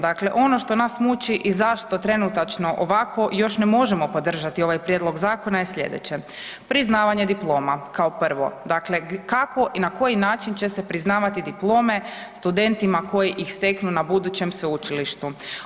Dakle, ono što nas muči i zašto trenutačno ovako još ne možemo podržati ovaj prijedlog zakona je slijedeće, priznavanje diploma kao prvo, dakle kako i na koji način će se priznavati diplome studentima koji ih steknu na budućem sveučilištu.